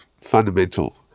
fundamental